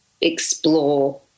explore